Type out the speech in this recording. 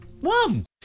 one